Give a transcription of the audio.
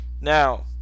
Now